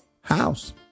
House